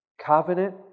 Covenant